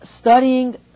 studying